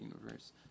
universe